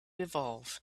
evolve